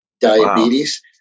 diabetes